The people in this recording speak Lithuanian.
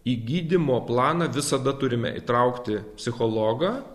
į gydymo planą visada turime įtraukti psichologą